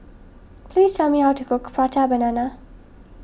please tell me how to cook Prata Banana